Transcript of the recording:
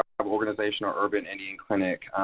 tribal organization, or urban, any and clinic